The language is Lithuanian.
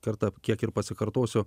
kartą kiek ir pasikartosiu